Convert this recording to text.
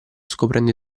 scoprendo